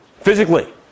physically